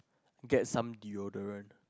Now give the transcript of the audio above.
get some deodorant